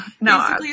No